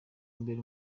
mbere